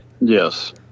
Yes